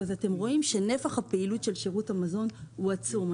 אפשר לראות שנפח הפעילות של שירות המזון הוא עצום.